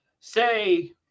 say